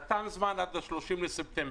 בית המשפט נתן זמן עד 30 בספטמבר